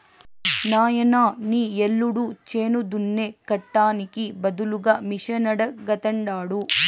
నాయనా నీ యల్లుడు చేను దున్నే కట్టానికి బదులుగా మిషనడగతండాడు